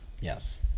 Yes